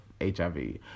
HIV